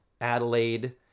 Adelaide